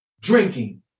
drinking